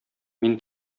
мин